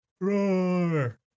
roar